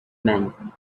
men